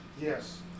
Yes